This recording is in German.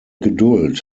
geduld